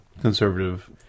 conservative